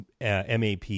MAP